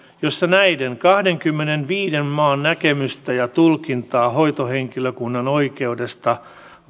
jossa näiden kahdenkymmenenviiden maan näkemys ja tulkinta hoitohenkilökunnan oikeudesta